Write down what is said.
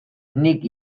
nik